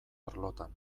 arlotan